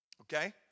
Okay